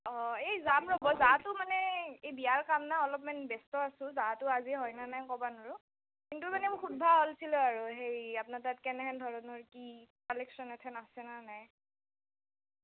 অঁ এই যাম ৰ'ব যাৱাটো মানে এই বিয়াৰ কাম না অলপমান ব্যস্ত আছোঁ যাৱাটো আজি হয় না নাই কবা নৰোঁ কিন্তু মানে মই সোধবা উল্ছিলোঁ আৰু সেই আপনাৰ তাত কেনহেন ধৰণৰ কি কালেকশ্যন এখান আছে না নাই